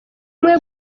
umwe